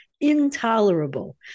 intolerable